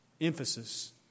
emphasis